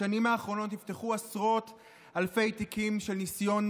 בשנים האחרונות נפתחו עשרות אלפי תיקים על ניסיון